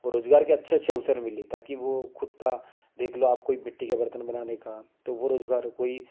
और रोज़गार के अच्छे अच्छे अवसर मिलें ताकि वह ख़ुद का देख लो आप कोई मिट्टी के बर्तन बनाने का तो वह रोज़गार कोई